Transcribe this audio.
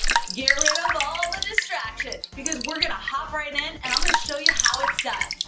get rid of all the distraction, because we're going to hop right in. and i'm going to show you how it's done.